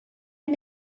him